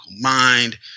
mind